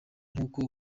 nk’uko